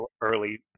early